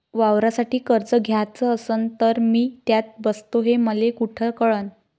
वावरासाठी कर्ज घ्याचं असन तर मी त्यात बसतो हे मले कुठ कळन?